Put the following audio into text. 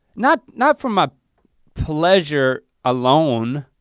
not not from a pleasure alone